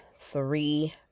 three